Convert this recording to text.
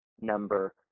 number